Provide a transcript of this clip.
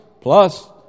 plus